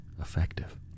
effective